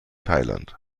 thailand